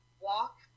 walk